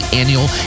annual